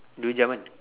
dua jam kan